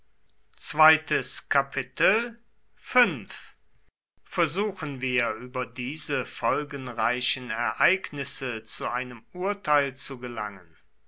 versuchen wir über diese folgenreichen ereignisse zu einem urteil zu gelangen